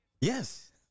Yes